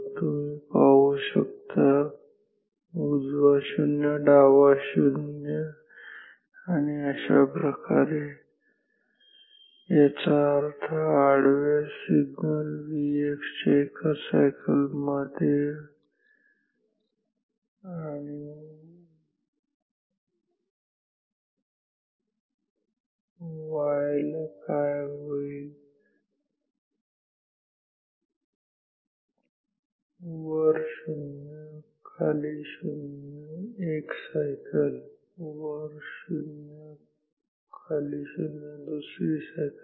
तुम्ही पाहू शकता उजवा 0 डावा 0 शून्य आणि अशाप्रकारे याचा अर्थ आडव्या सिग्नल Vx च्या एका सायकल मध्ये आणि y ला काय होईल वर 0 खाली 0 एक सायकल वर 0 खाली 0 दुसरी सायकल